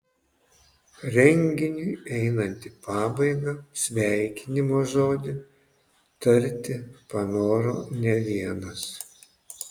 renginiui einant į pabaigą sveikinimo žodį tarti panoro ne vienas